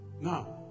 Now